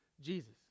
Jesus